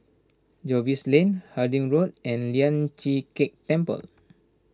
Jervois Lane Harding Road and Lian Chee Kek Temple